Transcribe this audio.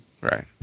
right